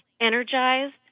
energized